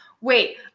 wait